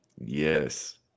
Yes